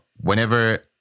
whenever